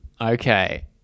Okay